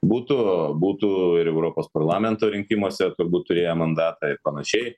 būtų būtų ir europos parlamento rinkimuose turbūt turėję mandatą ir panašiai